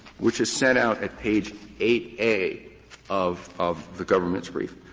which is set out at page eight a of of the government's brief,